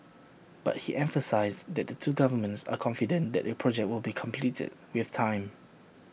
but he emphasised that the two governments are confident that the project will be completed with time